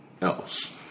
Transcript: else